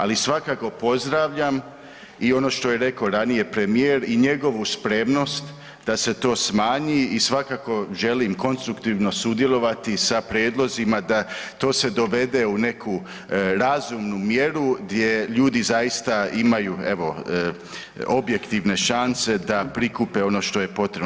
Ali svakako pozdravljam i ono što je rekao ranije premijer i njegovu spremnost da se to smanji i svakako želim konstruktivno sudjelovati sa prijedlozima da to se dovede u neku razumnu mjeru gdje ljudi zaista imaju evo objektivne šanse da prikupe ono što je potrebno.